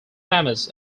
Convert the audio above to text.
famous